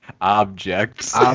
objects